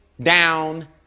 down